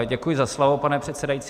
Děkuji za slovo, pane předsedající.